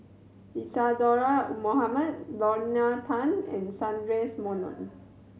Isadhora Mohamed Lorna Tan and Sundaresh Menon